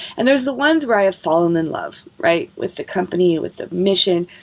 and there's the ones where i have fallen in love, right? with the company, with the mission.